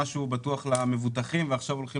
יש היום משהו בטוח למבוטחים ועכשיו הולכים